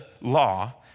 law